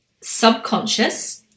subconscious